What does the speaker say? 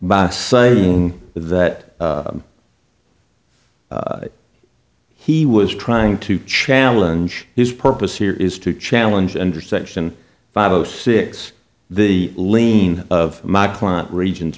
by saying that he was trying to challenge his purpose here is to challenge under section five zero six the lean of my client regions